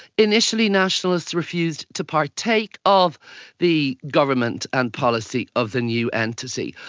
initially nationalists refused to partake of the government and policy of the new entity.